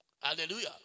Hallelujah